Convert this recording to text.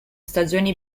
stagioni